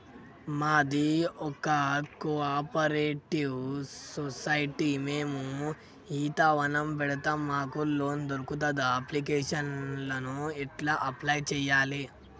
మాది ఒక cooperative society మేము ఈత వనం పెడతం మాకు లోన్ దొర్కుతదా? అప్లికేషన్లను ఎట్ల అప్లయ్ చేయాలే?